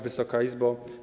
Wysoka Izbo!